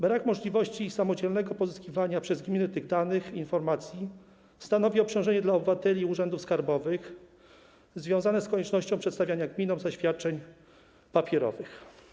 Brak możliwości samodzielnego pozyskiwania przez gminy tych danych i informacji stanowi obciążenie dla obywateli i urzędów skarbowych związane z koniecznością przedstawiania gminom zaświadczeń papierowych.